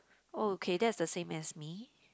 oh okay that's the same as me